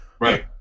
right